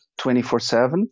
24-7